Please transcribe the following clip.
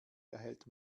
erhält